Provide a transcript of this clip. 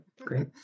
great